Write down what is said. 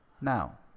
Now